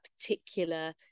particular